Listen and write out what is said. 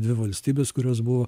dvi valstybės kurios buvo